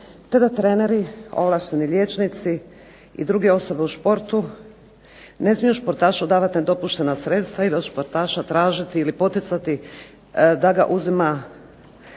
te da treneri ovlašteni liječnici i druge osobe u športu ne smiju športašu davati nedopuštena sredstva i od športaša tražiti ili poticati da ga uzima